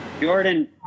jordan